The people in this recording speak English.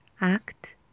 act